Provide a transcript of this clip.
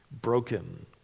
broken